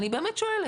אני באמת שואלת.